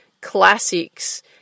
classics